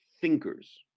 thinkers